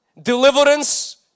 Deliverance